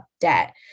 debt